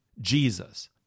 Jesus